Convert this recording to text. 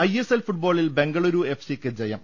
ISL ഫുട്ബോളിൽ ബെങ്കളൂരു എഫ്സിക്ക് ജയം